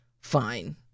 fine